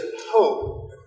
hope